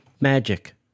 magic